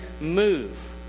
move